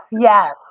yes